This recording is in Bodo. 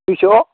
दुयस'